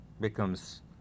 becomes